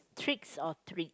tricks or treat